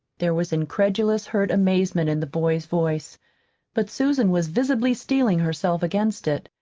there was incredulous, hurt amazement in the boy's voice but susan was visibly steeling herself against it.